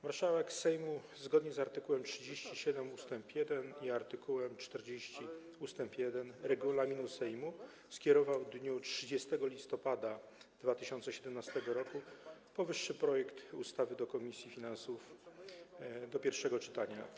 Marszałek Sejmu zgodnie z art. 37 ust. 1 i art. 40 ust. 1 regulaminu Sejmu skierował w dniu 30 listopada 2017 r. powyższy projekt ustawy do komisji finansów do pierwszego czytania.